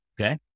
Okay